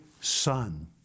son